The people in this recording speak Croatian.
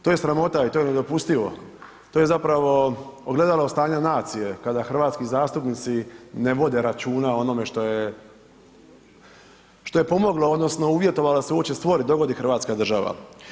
To je sramota i to je nedopustivo, to je zapravo ogledalo stanja nacije kada hrvatski zastupnici ne vode računa o onome što je pomoglo odnosno uvjetovalo da se uopće stvori, dogodi hrvatska država.